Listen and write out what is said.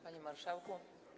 Panie Marszałku!